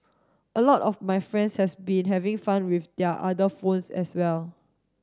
a lot of my friends has been having fun with their other phones as well